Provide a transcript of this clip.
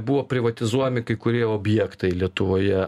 buvo privatizuojami kai kurie objektai lietuvoje